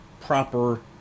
proper